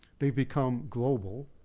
they've become global.